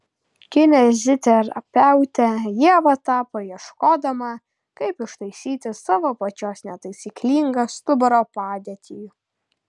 kineziterapeute ieva tapo ieškodama kaip ištaisyti savo pačios netaisyklingą stuburo padėtį